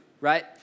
right